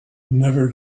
never